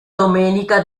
domenica